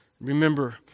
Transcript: Remember